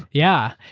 yeah.